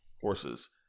horses